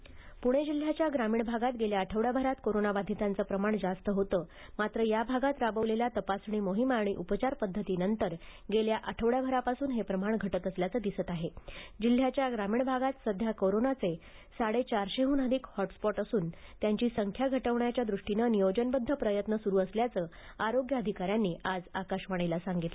ग्रामीण कोरोना पूणे जिल्ह्याच्या ग्रामीण भागात गेल्या आठवड़यापर्यंत कोरोना बाधितांचं प्रमाण जास्त होतं मात्र या भागात राबवलेल्या तपासणी मोहीम आणि उपचार पद्धतीनंतर गेल्या आठवड्यापासून हे प्रमाण घटत असल्याचं दिसतं आहे जिल्ह्याच्या ग्रामीण भागात सध्या कोरोनाचे साडे चारशेह्न अधिक हॉटस्पॉट असून त्यांची संख्या घटवण्याच्या दृष्टीनं नियोजनबद्ध प्रयत्न सुरु असल्याचं आरोग्य अधिकाऱ्यांनी आज आकाशवभीला सांगितलं